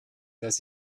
dass